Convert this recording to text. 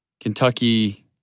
Kentucky